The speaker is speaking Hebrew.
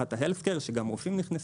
במהפכת ה- Health care שגם רופאים נכנסו,